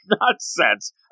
nonsense